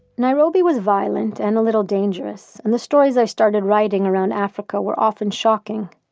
nairobi was violent and a little dangerous, and the stories i started writing around africa were often shocking,